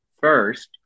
First